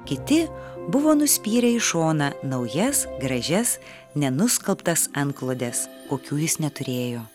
kiti buvo nuspyrę į šoną naujas gražias nenuskalbtas antklodes kokių jis neturėjo